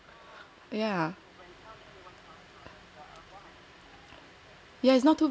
yeah